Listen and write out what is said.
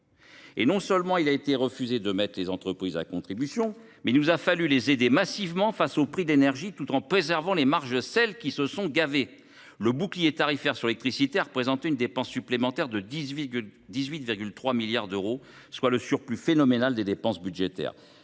Non seulement il a été refusé de mettre les entreprises à contribution, mais il nous a fallu les aider massivement face au prix de l’énergie, tout en préservant les marges de celles qui se sont gavées ! Le bouclier tarifaire sur l’électricité a représenté une dépense supplémentaire de 18,3 milliards d’euros, soit le surplus phénoménal des dépenses budgétaires.